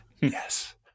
yes